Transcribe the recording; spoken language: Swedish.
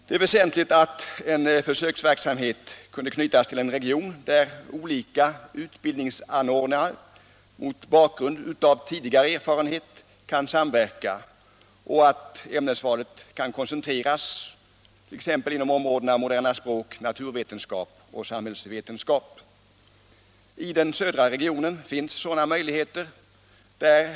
Det är väsentligt att en försöksverksamhet knyts till en region där utbildningsanordnare kan samverka, mot bakgrund av tidigare erfarenhet och att ämnesvalet koncentreras, t.ex. inom områdena moderna språk, naturvetenskap och samhällsvetenskap. I den södra regionen finns sådana möjligheter.